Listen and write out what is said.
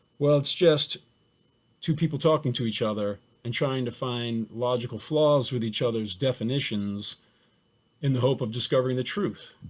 well, it's just two people talking to each other and trying to find logical flaws with each other's definitions in the hope of discovering the truth.